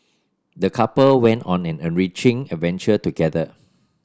the couple went on an enriching adventure together